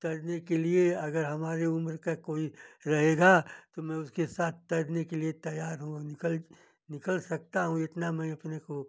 तैरने के लिए अगर हमारे उम्र का कोई रहेगा तो मैं उसके साथ तैरने के लिए तैयार हूँ निकल निकल सकता हूँ इतना मैं अपने को